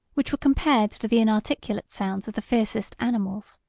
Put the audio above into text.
which were compared to the inarticulate sounds of the fiercest animals.